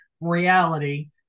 reality